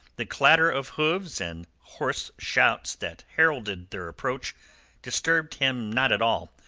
the clatter of hooves and hoarse shouts that heralded their approach disturbed him not at all.